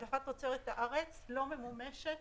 העדפת תוצרת הארץ לא ממומשת